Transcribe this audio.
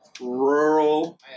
rural